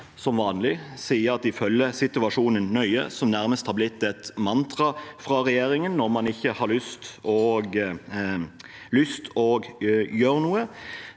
som vanlig sier at de følger situasjonen nøye, noe som nærmest er blitt et mantra fra regjeringen når man ikke har lyst til å gjøre noe.